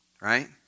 right